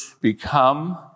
become